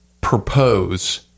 propose